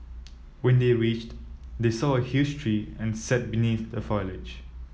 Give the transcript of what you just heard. when they reached they saw a huge tree and sat beneath the foliage